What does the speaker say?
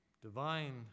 divine